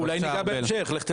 אולי ניגע בהמשך, לך תדע.